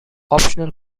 optional